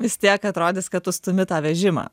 vis tiek atrodys kad tu stumi tą vežimą